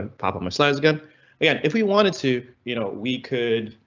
papa my slides again again if we wanted to, you know we could.